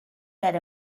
that